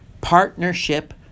Partnership